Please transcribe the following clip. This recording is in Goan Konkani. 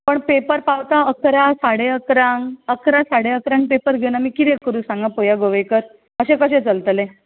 पण पेपर पावता अकरांक साडे अकरांक अकरांक साडे अकरांक पेपर घेवन आमी कितें करूं सांगात वया पळोवया गोवेकर अशें कशें चलतलें